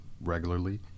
regularly